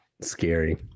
scary